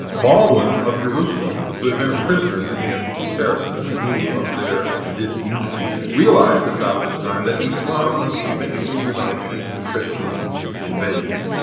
baldwin of jerusalem, who had been a prisoner in the hands of the saracens and knew of their disunity, realized at about this time that islam must eventually unite against the christian invasion,